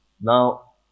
Now